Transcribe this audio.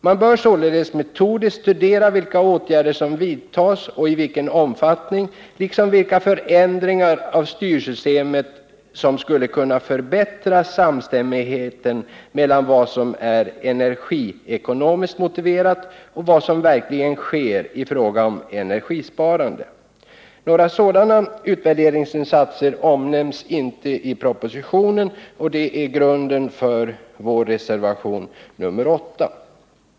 Man bör således metodiskt studera vilka åtgärder som vidtas och i vilken omfattning detta görs, liksom vilka förändringar av styrsystemet som skulle kunna förbättra samstämmigheten mellan vad som är energiekonomiskt motiverat och vad som verkligen sker i fråga om energisparande. Några sådana utvärderingsinsatser omnämns inte i propositionen, och det är grunden för vår reservation nr 8.